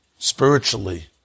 spiritually